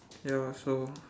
ya so